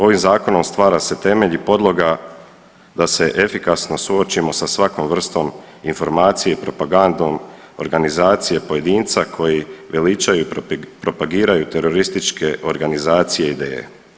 Ovim zakonom stvara se temelj i podloga da se efikasno suočimo sa svakom vrstom informacije i propagandom organizacije i pojedinca koji veličaju i propagiraju terorističke organizacije i ideje.